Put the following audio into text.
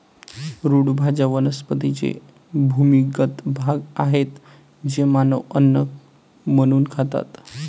route भाज्या वनस्पतींचे भूमिगत भाग आहेत जे मानव अन्न म्हणून खातात